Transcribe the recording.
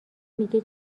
میگه